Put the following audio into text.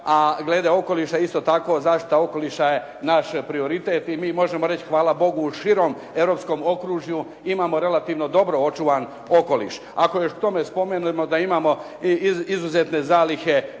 glede okoliša isto tako zaštita okoliša je naš prioritet i mi možemo reći hvala Bogu širem europskom okružju imamo relativno dobro očuvan okoliš. Ako još k tome spomenemo da imamo i izuzetne zalihe